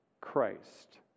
Christ